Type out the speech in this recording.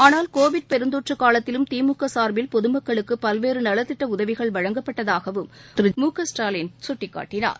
ஆனால் கோவிட் பெருந்தொற்று காலத்திலும் தி மு க சார்பில் பொதுமக்களுக்கு பல்வேறு நலத்திட்ட உதவிகள் வழங்கப்பட்டதாகவும் மு க ஸ்டாலின் சுட்டிக்காட்டினார்